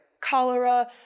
cholera